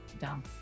dumb